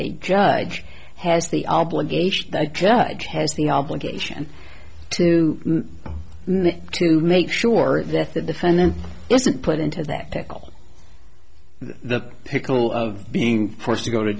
a judge has the obligation the judge has the obligation to to make sure that the defendant isn't put into that pickle the pickle of being forced to go to